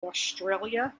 australia